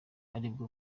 aribwo